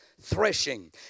threshing